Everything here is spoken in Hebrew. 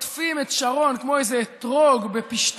הייתם עוטפים את שרון כמו איזה אתרוג בפשתן,